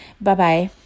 Bye-bye